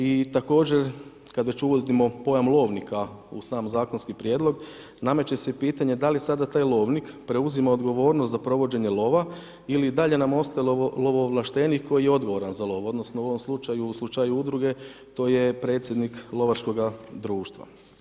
I također kada već uvodimo pojam lovnika u sam zakonski prijedlog, nameće se pitanje da li sada taj lovnik preuzima odgovornost za provođenje lova ili i dalje nam ostalo lovo ovlaštenik koji je odgovoran za lov odnosno u ovom slučaju, u slučaju udruge, to je predsjednik lovačkog društva.